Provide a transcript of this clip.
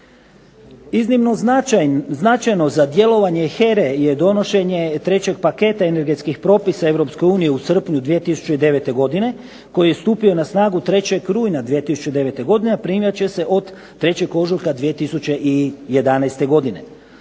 Iznimno značajno za djelovanje HERA-e je donošenje trećeg paketa energetskih propisa Europske unije u srpnju 2009. godine koji je stupio na snagu 3. rujna 2009. godine, a …/Ne razumije se./… se od 3. ožujka 2011. godine.